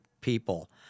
people